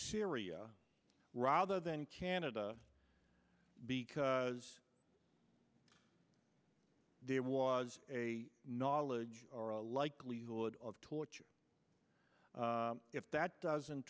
syria rather than canada because there was a knowledge or a likelihood of torture if that doesn't